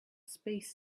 space